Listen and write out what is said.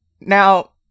Now